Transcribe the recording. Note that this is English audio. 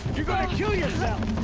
you're gonna kill yourself!